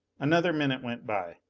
another minute went by.